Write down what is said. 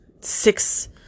six